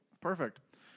Perfect